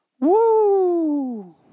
woo